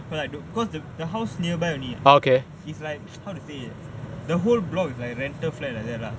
for like the the house nearby only is like how to say the whole block is like rental flat like that lah